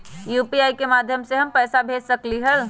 UPI के माध्यम से हम पैसा भेज सकलियै ह?